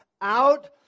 out